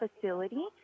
facility